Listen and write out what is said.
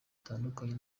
atandukanye